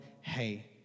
hey